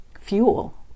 fuel